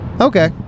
Okay